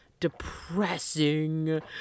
depressing